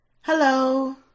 Hello